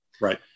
Right